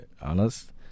honest